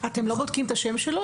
אתם לא בודקים את השם שלו?